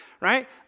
right